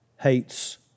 hates